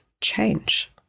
change